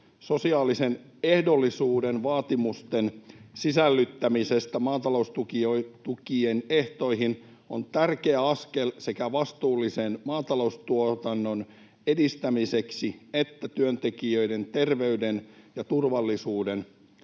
sosiaalisen ehdollisuuden vaatimusten sisällyttämisestä maataloustukien ehtoihin on tärkeä askel sekä vastuullisen maataloustuotannon edistämiseksi että työntekijöiden terveyden ja turvallisuuden